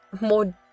more